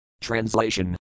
Translation